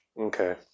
Okay